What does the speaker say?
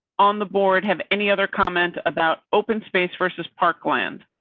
on the board have any other comment about open space versus parkland.